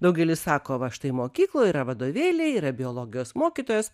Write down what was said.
daugelis sako va štai mokykloj yra vadovėliai yra biologijos mokytojos